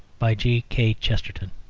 by g. k. chesterton